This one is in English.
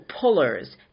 pullers